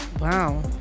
wow